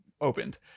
opened